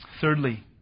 Thirdly